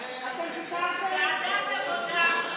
מיקי, ועדת עבודה.